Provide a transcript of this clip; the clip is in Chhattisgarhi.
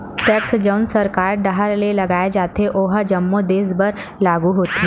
टेक्स जउन सरकार डाहर ले लगाय जाथे ओहा जम्मो देस बर लागू होथे